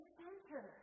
center